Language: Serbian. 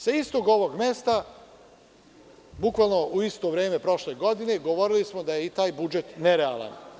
Sa istog ovog mesta, bukvalno u isto vreme prošle godine, govorili smo da je i taj budžet nerealan.